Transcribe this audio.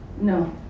No